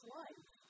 life